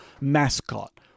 mascot